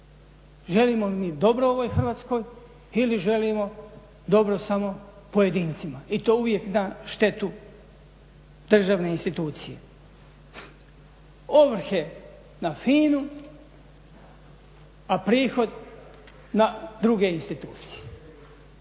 Želimo li mi dobro ovoj Hrvatskoj ili želimo dobro samo pojedincima, i to uvijek na štetu državne institucije. Ovrhe FINA-u, a prihod na druge institucije.